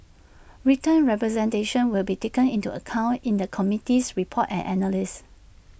written representations will be taken into account in the committee's report and analysis